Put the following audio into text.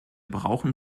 brauchen